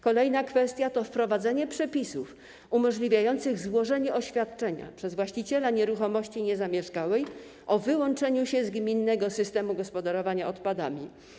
Kolejna kwestia to wprowadzenie przepisów umożliwiających złożenie oświadczenia przez właściciela nieruchomości niezamieszkałej o wyłączeniu się z gminnego systemu gospodarowania odpadami.